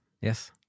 yes